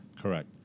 Correct